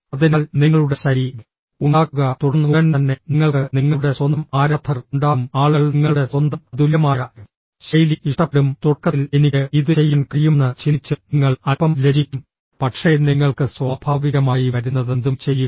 അതിനാൽ നിങ്ങളുടെ ശൈലി ഉണ്ടാക്കുക തുടർന്ന് ഉടൻ തന്നെ നിങ്ങൾക്ക് നിങ്ങളുടെ സ്വന്തം ആരാധകർ ഉണ്ടാകും ആളുകൾ നിങ്ങളുടെ സ്വന്തം അതുല്യമായ ശൈലി ഇഷ്ടപ്പെടും തുടക്കത്തിൽ എനിക്ക് ഇത് ചെയ്യാൻ കഴിയുമെന്ന് ചിന്തിച്ച് നിങ്ങൾ അൽപ്പം ലജ്ജിക്കും പക്ഷേ നിങ്ങൾക്ക് സ്വാഭാവികമായി വരുന്നതെന്തും ചെയ്യുക